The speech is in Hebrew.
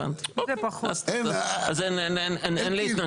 הבנתי, אז אין לי התנגדות.